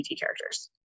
characters